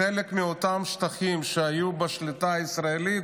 חלק מאותם שטחים שהיו בשליטה הישראלית